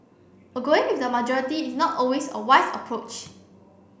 a going with the majority is not always a wise approach